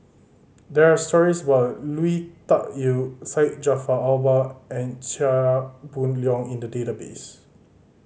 there are stories about Lui Tuck Yew Syed Jaafar Albar and Chia Boon Leong in the database